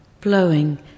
blowing